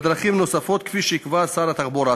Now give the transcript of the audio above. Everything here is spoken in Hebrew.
בדרכים נוספות כפי שיקבע שר התחבורה.